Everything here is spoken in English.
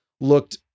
looked